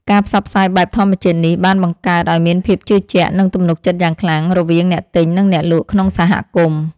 ការផ្សព្វផ្សាយបែបធម្មជាតិនេះបានបង្កើតឱ្យមានភាពជឿជាក់ និងទំនុកចិត្តយ៉ាងខ្លាំងរវាងអ្នកទិញនិងអ្នកលក់ក្នុងសហគមន៍។